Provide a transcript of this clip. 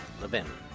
Levin